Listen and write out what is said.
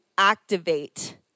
activate